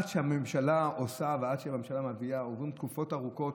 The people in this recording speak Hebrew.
עד שהממשלה עושה ועד שהממשלה מביאה עוברות תקופות ארוכות,